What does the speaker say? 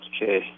Okay